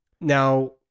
Now